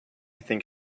think